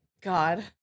God